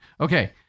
Okay